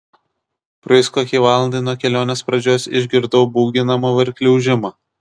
praėjus kokiai valandai nuo kelionės pradžios išgirdau bauginamą variklio ūžimą